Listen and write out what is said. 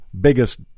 biggest